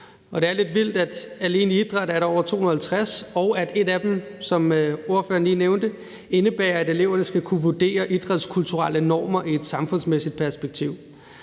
det er lidt vildt, at alene i idræt er der over 250, og at et af dem, som ordføreren lige nævnte, indebærer, at eleverne skal kunne vurdere idrætskulturelle normer i et samfundsmæssigt perspektiv.